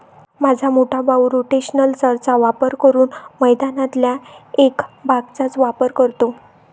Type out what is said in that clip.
माझा मोठा भाऊ रोटेशनल चर चा वापर करून मैदानातल्या एक भागचाच वापर करतो